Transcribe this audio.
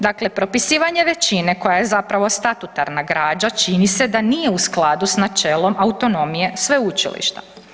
Dakle, propisivanje većine koja je zapravo statutarna građa čini se da nije u skladu načelom autonomije sveučilišta.